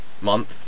month